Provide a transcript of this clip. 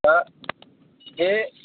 दा बे